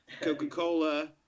coca-cola